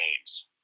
games